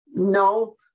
No